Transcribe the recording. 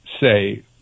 say